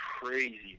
crazy